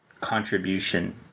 contribution